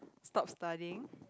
stop studying